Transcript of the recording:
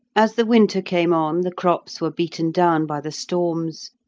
as the winter came on, the crops were beaten down by the storms,